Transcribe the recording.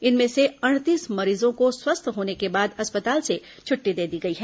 इनमें से अड़तीस मरीजों को स्वस्थ होने के बाद अस्पताल से छुट्टी दे दी गई है